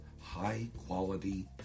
high-quality